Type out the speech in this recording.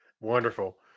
Wonderful